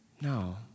no